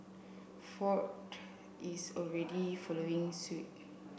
ford is already following suit